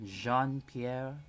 Jean-Pierre